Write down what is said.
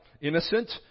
innocent